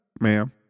Ma'am